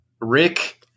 Rick